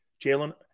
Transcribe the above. Jalen